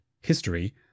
history